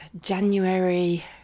January